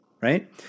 right